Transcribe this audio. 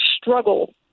struggle